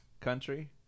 country